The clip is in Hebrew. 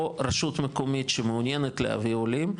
או רשות מקומית שמעוניינת להביא עולים,